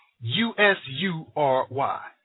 U-S-U-R-Y